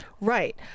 Right